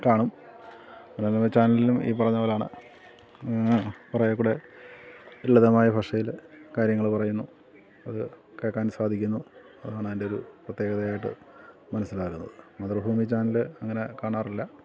കാണും മനോരമ ചാനലിലും ഈ പറഞ്ഞത് പോലെയാണ് കുറേ കൂടെ ലളിതമായ ഭഷയിൽ കാര്യങ്ങൾ പറയുന്നു അത് കേൾക്കാൻ സാധിക്കുന്നു അതാണ് അതിൻ്റെ ഒരു പ്രത്യേകതയായിട്ട് മനസ്സിലാകുന്നത് മതൃഭൂമി ചാനല് അങ്ങനെ കാണാറില്ല